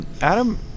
Adam